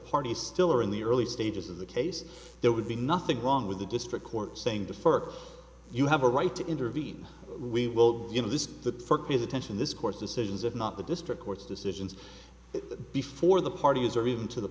parties still are in the early stages of the case there would be nothing wrong with the district court saying before you have a right to intervene we will give this to his attention this court's decisions of not the district court's decisions before the parties or even to the